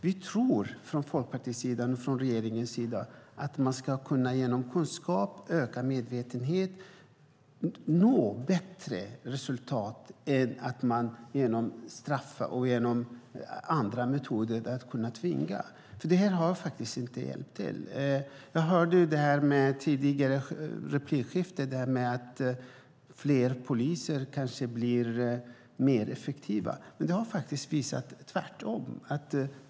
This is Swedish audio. Vi från Folkpartiets sida och regeringen tror att man genom kunskap och medvetenheten når bättre resultat än genom att straffa och använda andra metoder för att kunna tvinga, för det har faktiskt inte hjälpt. Jag hörde i ett tidigare replikskifte att det blir mer effektivt med fler poliser. Det har faktiskt visat sig vara tvärtom.